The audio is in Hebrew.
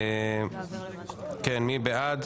מי בעד?